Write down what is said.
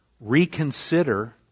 reconsider